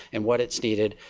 and what it is needed.